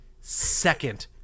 second